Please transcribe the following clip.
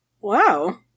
Wow